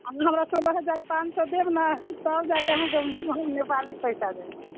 अहाँ हमरा सोलह हजार पाँच सए देब ने तब जाकऽ अहाँकेँ हम नेपाली पैसा देब